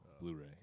Blu-ray